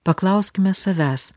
paklauskime savęs